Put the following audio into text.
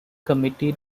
committee